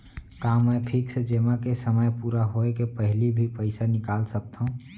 का मैं फिक्स जेमा के समय पूरा होय के पहिली भी पइसा निकाल सकथव?